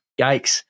yikes